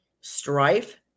strife